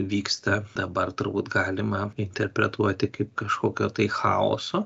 vyksta dabar turbūt galima interpretuoti kaip kažkokio tai chaoso